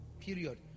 Period